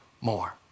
more